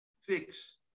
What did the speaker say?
fix